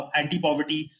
anti-poverty